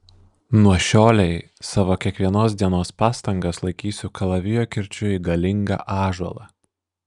nuo šiolei savo kiekvienos dienos pastangas laikysiu kalavijo kirčiu į galingą ąžuolą